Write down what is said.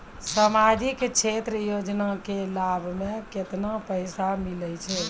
समाजिक क्षेत्र के योजना के लाभ मे केतना पैसा मिलै छै?